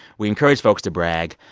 we encourage folks to brag.